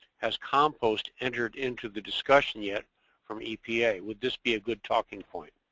has compost entered into the discussion yet from epa? would this be a good talking point?